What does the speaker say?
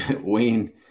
Wayne